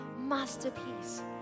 masterpiece